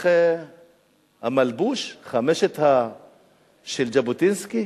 המלבוש, חמשת המ"מים של ז'בוטינסקי?